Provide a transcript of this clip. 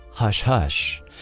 hush-hush